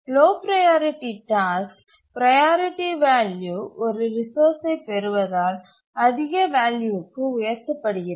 low priority task priority value ஒரு ரிசோர்ஸ்சை பெறுவதால் அதிக வேல்யூக்கு உயர்த்தப்படுகிறது